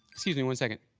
excuse me one second.